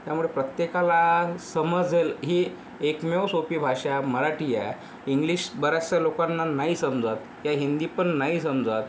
त्यामुळे प्रत्येकाला समजंल ही एकमेव सोपी भाषा मराठी आहे इंग्लिश बऱ्याचशा लोकांना नाही समजत या हिंदी पण नाही समजत